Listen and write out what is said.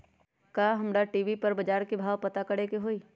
का हमरा टी.वी पर बजार के भाव पता करे के होई?